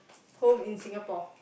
home is Singapore